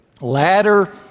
ladder